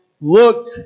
looked